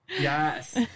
Yes